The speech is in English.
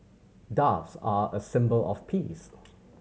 doves are a symbol of peace